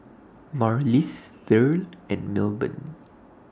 Marlys Verl and Melbourne